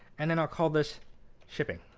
and then i'll call this shipping.